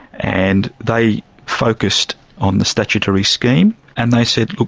and they focused on the statutory scheme and they said, look,